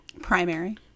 Primary